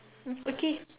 okay